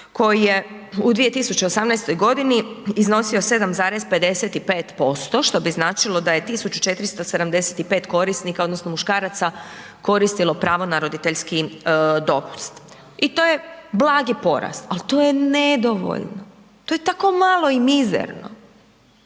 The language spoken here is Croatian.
koji je u 2018.g. iznosio 7,55%, što bi značilo da je 1475 korisnika odnosno muškaraca koristilo pravo na roditeljski dopust. I to je blagi porast, al to je nedovoljno, to je tako malo i mizerno.